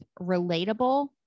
relatable